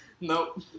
Nope